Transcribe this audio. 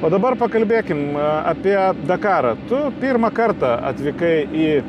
o dabar pakalbėkim apie dakarą tu pirmą kartą atvykai į